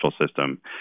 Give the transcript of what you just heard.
system